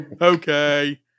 Okay